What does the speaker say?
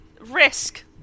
Risk